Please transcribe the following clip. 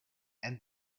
and